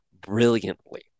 brilliantly